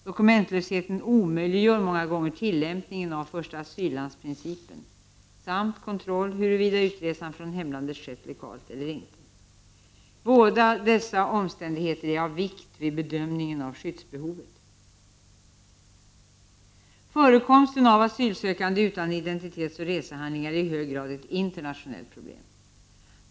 Dokumentlösheten omöjliggör många gånger tillämpningen av första asyllands-principen samt kon troll huruvida utresan från hemlandet skett legalt eller inte. Båda dessa omständigheter är av vikt vid bedömningen av skyddsbehovet. Förekomsten av asylsökande utan identitetsoch resehandlingar är i hög grad ett internationellt problem.